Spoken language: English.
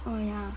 oh ya